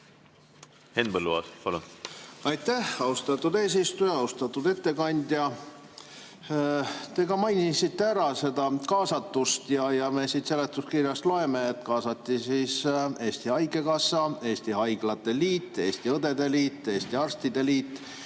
Aitäh, austatud eesistuja! Austatud ettekandja! Te mainisite seda kaasatust ja me siit seletuskirjast loeme, et kaasati Eesti Haigekassa, Eesti Haiglate Liit, Eesti Õdede Liit, Eesti Arstide Liit,